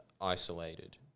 isolated